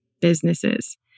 businesses